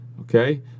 Okay